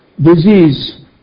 disease